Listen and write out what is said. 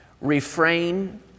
Refrain